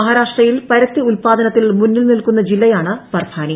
മഹാരാഷ്ട്രയിൽ പരുത്തി ഉത്പാദനത്തിൽ മുന്നിൽ നിൽക്കുന്നു ജില്ലിയാണ് പർഭാനി